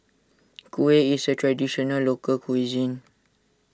Kuih is a Traditional Local Cuisine